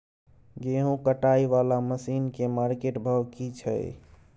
गेहूं कटाई वाला मसीन के मार्केट भाव की छै?